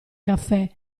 caffè